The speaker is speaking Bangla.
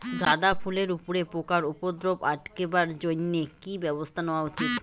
গাঁদা ফুলের উপরে পোকার উপদ্রব আটকেবার জইন্যে কি ব্যবস্থা নেওয়া উচিৎ?